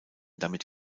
damit